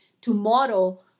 tomorrow